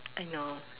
I know